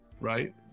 right